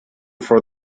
for